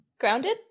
grounded